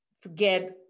forget